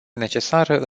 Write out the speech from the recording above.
necesară